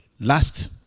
Last